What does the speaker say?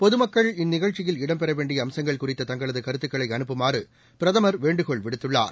பொதுமக்கள் இந்நிகழ்ச்சியில் இடம்பெறவேண்டிய அம்சங்கள் குறித்த தங்களது கருத்துக்களை அனுப்புமாறு பிரதமர் வேண்டுகோள் விடுத்துள்ளார்